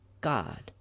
God